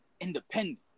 independent